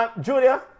Julia